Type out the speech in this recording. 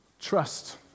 Trust